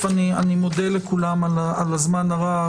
אני מודה לכולם על הזמן הרב.